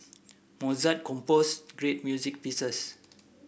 Mozart composed great music pieces